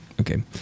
Okay